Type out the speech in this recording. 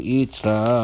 itra